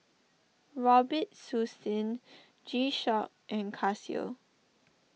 Robitussin G Shock and Casio